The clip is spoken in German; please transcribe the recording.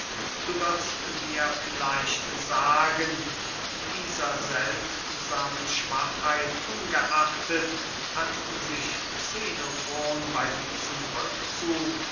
du wirst mir vielleicht sagen dieser seltsamen schwachheit ungeachtet hat sich xenofon bey diesem rückzug